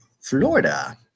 Florida